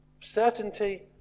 Certainty